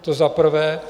To za prvé.